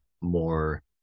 more